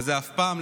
וזה אף פעם,